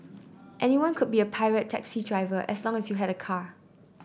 anyone could be a pirate taxi driver as long as you had a car